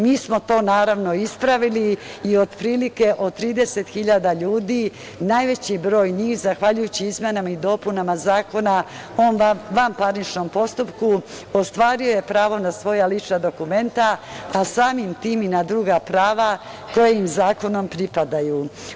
Mi smo to ispravili i otprilike od 30.000 ljudi najveći broj njih, zahvaljujući izmenama i dopunama Zakona o vanparničnom postupku, ostvario je pravo na svoja lična dokumenta, a samim tim i na druga prava koja im zakonom pripadaju.